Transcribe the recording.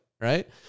right